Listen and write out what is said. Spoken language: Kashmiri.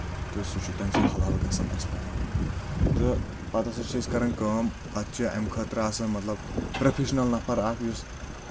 تہٕ سُہ چھُ تَمہِ سۭتۍ حل حل گژھان اَسہِ پؠٹھ تہٕ پتہٕ ہسا چھِ أسۍ کران کٲم پَتہٕ چھِ اَمہِ خٲطرٕ آسان مطلب پروفیشنل نفر اکھ یُس